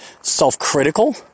self-critical